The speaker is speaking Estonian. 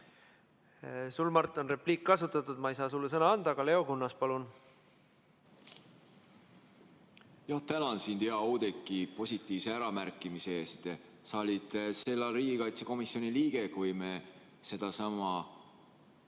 Sul, Mart, on repliik kasutatud, ma ei saa sulle sõna anda. Leo Kunnas, palun! Tänan sind, hea Oudekki, positiivse äramärkimise eest! Sa olid sel ajal riigikaitsekomisjoni liige, kui me sedasama